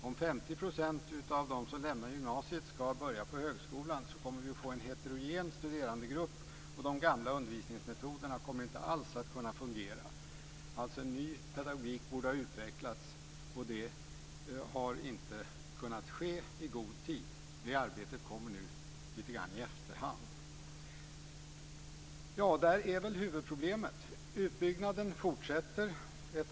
Om 50 % av dem som lämnar gymnasiet ska börja på högskolan så kommer vi att få en heterogen studerandegrupp, och de gamla undervisningsmetoderna kommer inte alls att kunna fungera. En ny pedagogik borde alltså ha utvecklats, men det har inte kunnat ske i god tid. Det arbetet kommer nu lite grann i efterhand, och där är väl huvudproblemet. Utbyggnaden fortsätter.